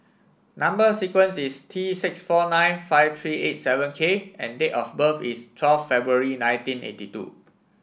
number sequence is T six four nine five three eight seven K and date of birth is twelve February nineteen eighty two